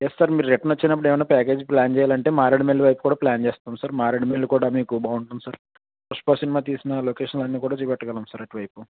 yes sir మీరు return వచ్చేటప్పుడు ఏమన్న ప్యాకేజీ ప్లాన్ చేయాలంటే మారేడుమిల్లి వైపు కూడా ప్లాన్ చేస్తాం సార్ మారేడుమిల్లి కూడా మీకు బాగుంటుంది సార్ పుష్ప సినిమా తీసిన లొకేషన్లు అన్నీ కూడా చూపెట్టగలం సార్ అటు వైపు